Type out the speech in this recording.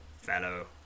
fellow